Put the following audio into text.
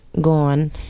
gone